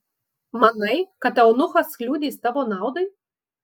manai kad eunuchas liudys tavo naudai